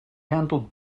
handled